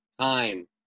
time